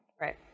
Right